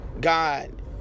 God